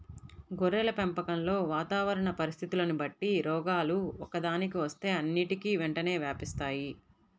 గొర్రెల పెంపకంలో వాతావరణ పరిస్థితులని బట్టి రోగాలు ఒక్కదానికి వస్తే అన్నిటికీ వెంటనే వ్యాపిస్తాయి